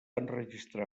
enregistrar